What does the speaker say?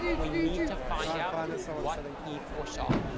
we need to find out what he foresaw.